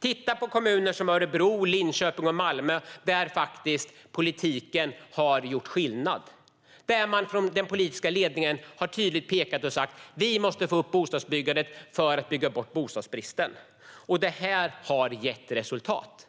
Titta på kommuner som Örebro, Linköping och Malmö, där politiken faktiskt har gjort skillnad! Där har den politiska ledningen tydligt pekat och sagt: Vi måste få upp bostadsbyggandet för att bygga bort bostadsbristen. Detta har gett resultat.